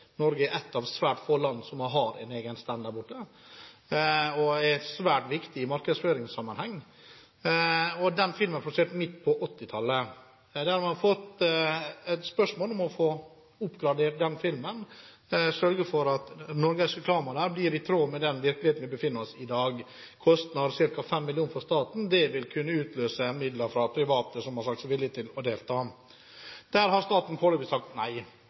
Norge er ett av svært få land som har en egen stand der borte, og det er svært viktig i markedsføringssammenheng. Den filmen er produsert midt på 1980-tallet. Man har fått spørsmål om å oppgradere filmen – og sørge for at norgesreklamen blir i tråd med den virkeligheten vi befinner oss i i dag. Kostnaden er på ca. 5 mill. kr for staten, og det vil kunne utløse midler fra private, som har sagt seg villige til å delta. Her har staten foreløpig sagt nei.